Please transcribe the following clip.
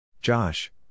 Josh